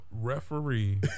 referee